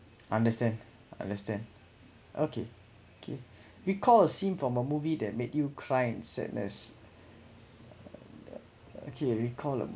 understand understand okay okay recall a scene from a movie that made you cry in sadness okay recall a